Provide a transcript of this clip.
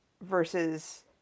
versus